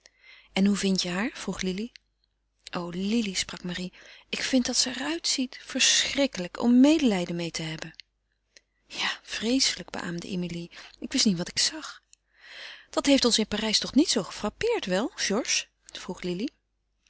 en hoe vindt je haar vroeg lili o lili sprak marie ik vind dat ze er uitziet verschrikkelijk om medelijden meê te hebben ja vreeselijk beaamde emilie ik wist niet wat ik zag dat heeft ons in parijs toch niet zoo gefrappeerd wel georges vroeg lili